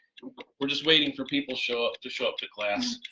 we're just waiting for people show up to show up to class.